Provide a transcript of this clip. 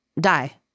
die